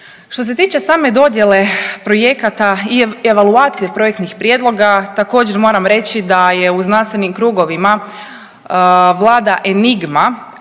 Što se tiče same dodjele projekata i evaluacije projektnih prijedloga također moram reći da je u znanstvenim krugovima vlada enigma